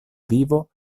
vivo